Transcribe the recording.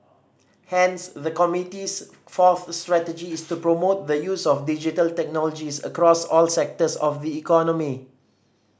hence the committee's fourth strategy is to promote the use of Digital Technologies across all sectors of the economy